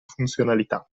funzionalità